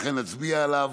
לכן נצביע עליו